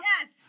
Yes